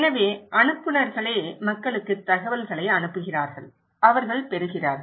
எனவே அனுப்புநர்களே மக்களுக்கு தகவல்களை அனுப்புகிறார்கள் அவர்கள் பெறுநர்கள்